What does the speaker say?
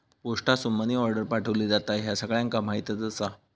पोस्टासून money order पाठवली जाता, ह्या सगळ्यांका माहीतच आसा